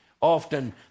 often